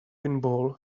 pinball